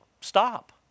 stop